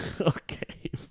Okay